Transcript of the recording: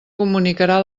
comunicarà